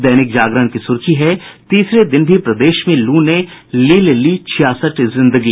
दैनिक जागरण की सुर्खी है तीसरे दिन भी प्रदेश में लू ने लील ली छियासठ जिंदगी